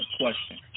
question